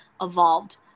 evolved